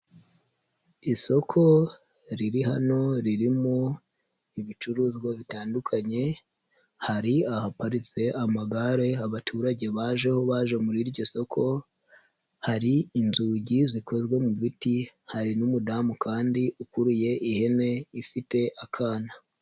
Isoko riri hano ririmo ibicuruzwa bitandukanye, hari ahaparitse amagare abaturage bajeho baje muri iryo soko, hari inzugi zikozwe mu biti, hari n'umudamu kandi ukuriye ihene ifite akana.